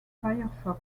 firefox